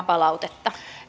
palautetta